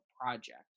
project